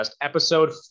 episode